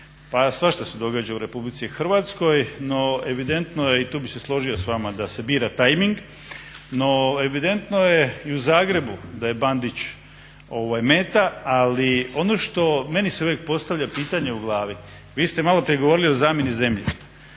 Pa svašta se događaj u RH, no evidentno je i tu bih se složio sa vama da se bira timing, no evidentno je i u Zagrebu da je Bandić meta. Ali ono što meni se uvijek postavlja pitanje u glavi. Vi ste malo prije govorili o zamjeni zemljišta.